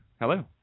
Hello